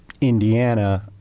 Indiana